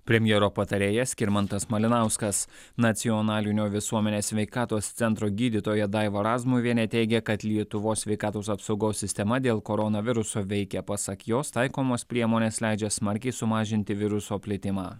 premjero patarėjas skirmantas malinauskas nacionalinio visuomenės sveikatos centro gydytoja daiva razmuvienė teigia kad lietuvos sveikatos apsaugos sistema dėl koronaviruso veikia pasak jos taikomos priemonės leidžia smarkiai sumažinti viruso plitimą